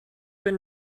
been